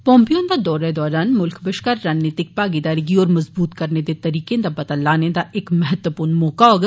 Pompeo हुंदा दौरा दौनें मुल्खें बष्कार रण्णनीतिक भागीदारी गी होर मज़बूत करने दे तरीकें दा पता लाने दा इक महत्वपूर्ण मौका होग